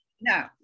No